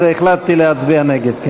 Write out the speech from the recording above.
אז החלטתי להצביע נגד.